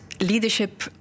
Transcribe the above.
leadership